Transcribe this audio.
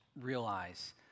realize